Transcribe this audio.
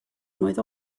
mlwydd